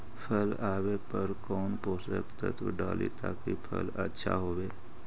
फल आबे पर कौन पोषक तत्ब डाली ताकि फल आछा होबे?